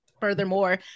Furthermore